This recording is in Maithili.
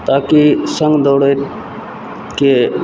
ताकि सङ्ग दौड़य के